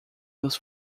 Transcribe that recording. los